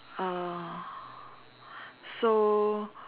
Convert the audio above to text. uh so